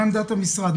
מה עמדת המשרד,